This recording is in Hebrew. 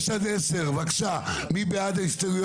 6 עד 10, בבקשה, מי בעד ההסתייגויות?